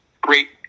great